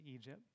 Egypt